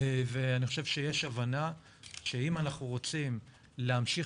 ואני חושב שיש הבנה שאם אנחנו רוצים להמשיך